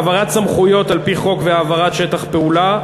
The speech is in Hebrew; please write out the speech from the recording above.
העברת סמכויות על-פי חוק והעברת שטח פעולה: